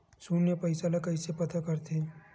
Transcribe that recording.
शून्य पईसा ला कइसे पता करथे?